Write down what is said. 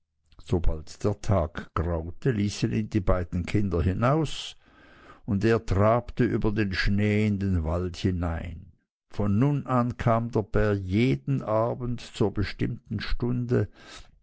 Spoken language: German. sobald der tag graute ließen ihn die beiden kinder hinaus und er trabte über den schnee in den wald hinein von nun an kam der bär jeden abend zu der bestimmten stunde